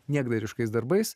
niekdariškais darbais